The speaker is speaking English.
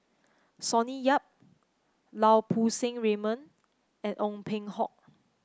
Sonny Yap Lau Poo Seng Raymond and Ong Peng Hock